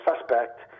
suspect